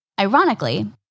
Ironically